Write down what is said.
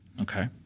Okay